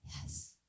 yes